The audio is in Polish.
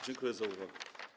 Dziękuję za uwagę.